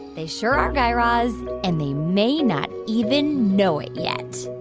they sure are, guy raz, and they may not even know it yet